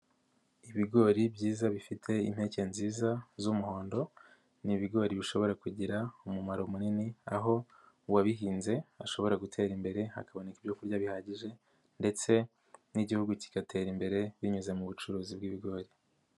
Ibigori byiza bifite impeke nziza z'umuhondo, ni ibigori bishobora kugira umumaro munini, aho uwabihinze ashobora gutera imbere hakaboneka ibyo kurya bihagije ndetse n'igihugu kigatera imbere binyuze mu bucuruzi bw'ibigori.